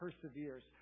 perseveres